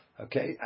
Okay